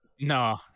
No